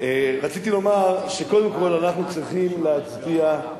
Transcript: רציתי לומר שקודם כול אנחנו צריכים להצדיע,